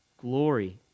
glory